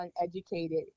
uneducated